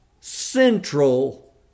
central